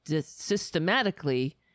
systematically